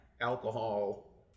Alcohol